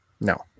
No